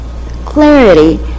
Clarity